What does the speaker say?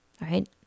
right